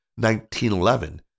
1911